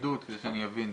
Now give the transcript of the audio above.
כדי שאבין,